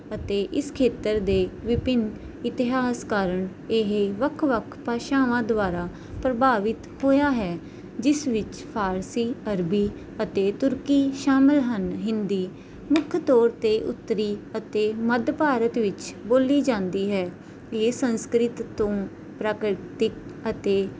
ਅਤੇ ਇਸ ਖੇਤਰ ਦੇ ਵਿਭਿੰਨ ਇਤਿਹਾਸ ਕਾਰਨ ਇਹ ਵੱਖ ਵੱਖ ਭਾਸ਼ਾਵਾਂ ਦੁਆਰਾ ਪ੍ਰਭਾਵਿਤ ਹੋਇਆ ਹੈ ਜਿਸ ਵਿੱਚ ਫਾਰਸੀ ਅਰਬੀ ਅਤੇ ਤੁਰਕੀ ਸ਼ਾਮਿਲ ਹਨ ਹਿੰਦੀ ਮੁੱਖ ਤੌਰ 'ਤੇ ਉੱਤਰੀ ਅਤੇ ਮੱਧ ਭਾਰਤ ਵਿੱਚ ਬੋਲੀ ਜਾਂਦੀ ਹੈ ਇਹ ਸੰਸਕ੍ਰਿਤ ਤੋਂ ਪ੍ਰਕ੍ਰਿਤਿਕ ਅਤੇ